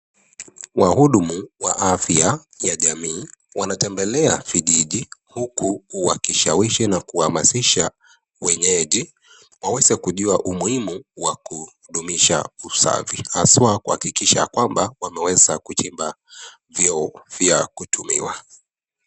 Wahudumu wa afya ya jamii wanatembelea vikijij huku wakisawishi na kuhamasisha wenyeji waweze kujua umuhimu wa kudumisha usafi haswa kuhakikisha ya kwamba wameweza kuchimba vyoo vya kutumiwa.